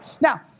Now